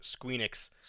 Squeenix